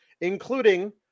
including